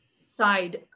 side